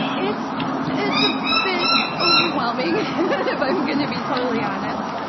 ah it's it's a bit overwhelming, if i'm going to be totally honest.